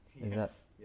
yes